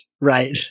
right